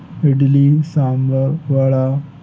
idli sambar vada